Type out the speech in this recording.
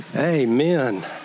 Amen